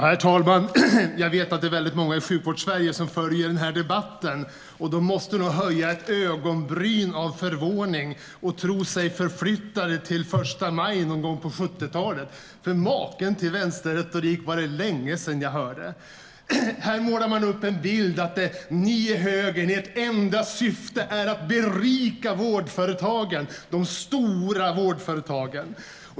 Herr talman! Jag vet att det är väldigt många i Sjukvårdssverige som följer den här debatten. De måste nog höja ett ögonbryn av förvåning och tro sig förflyttade till den 1 maj någon gång på 70-talet, för maken till vänsterretorik var det länge sedan jag hörde. Här målar man upp en bild av att högerns enda syfte är att berika de stora vårdföretagen.